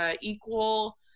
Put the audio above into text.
equal